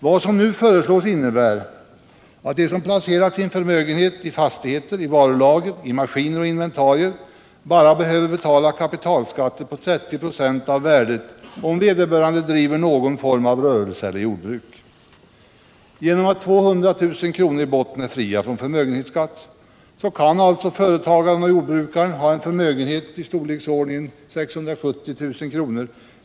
Vad som nu föreslås innebär att de som placerat sin förmögenhet i fastigheter, i varulager, i maskiner och inventarier bara behöver betala kapitalskatter på 30 96 av värdet, om vederbörande driver någon form av rörelse eller jordbruk. Genom att 200 000 kr. i botten är fria från förmögenhetsskatt kan alltså företagaren och jordbrukaren ha en förmögenhet på nära 670 000 kr.